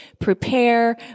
prepare